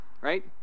right